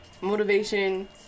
motivation